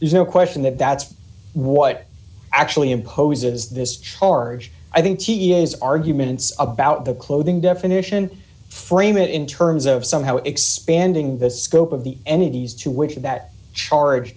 there's no question that that's what actually imposes this charge i think t t s arguments about the clothing definition frame it in terms of somehow expanding the scope of the energies to which are that charge